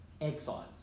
exiles